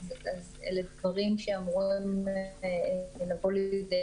אז אלה דברים שאמורים לבוא לידי